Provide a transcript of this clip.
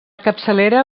capçalera